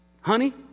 Honey